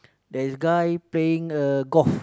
there is a guy playing uh golf